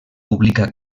publica